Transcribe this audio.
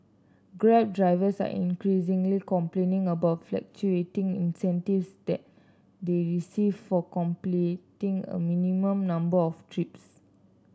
grab drivers are increasingly complaining about fluctuating incentives they receive for completing a minimum number of trips